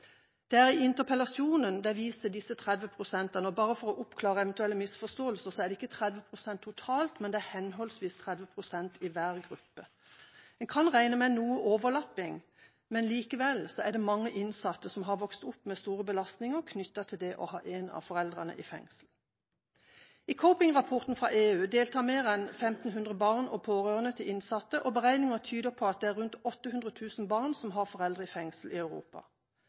Det er i interpellasjonen vist til disse 30 pst. Bare for å oppklare eventuelle misforståelser: Det er ikke 30 pst. totalt, men det er henholdsvis 30 pst. i hver gruppe. En kan regne med noe overlapping, men likevel er det mange innsatte som har vokst opp med store belastninger knyttet til det å ha en av foreldrene i fengsel. I COPING-rapporten fra EU deltar mer enn 1 500 innsattes barn og pårørende, og beregninger tyder på at det er rundt 800 000 barn som har foreldre i fengsel i Europa.